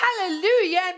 hallelujah